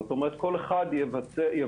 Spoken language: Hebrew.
כלומר כל אחד יבטח,